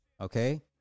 Okay